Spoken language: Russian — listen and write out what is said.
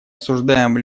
осуждаем